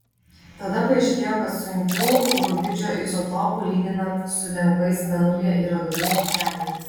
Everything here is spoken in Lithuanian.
tada paaiškėjo kad sunkių rubidžio izotopų lyginant su lengvais mėnulyje yra daugiau nei žemėje